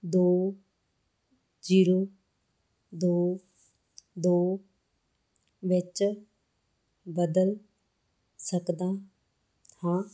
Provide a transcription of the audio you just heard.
ਦੋ ਜ਼ੀਰੋ ਦੋ ਦੋ ਵਿੱਚ ਬਦਲ ਸਕਦਾ ਹਾਂ